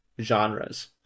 genres